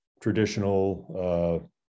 traditional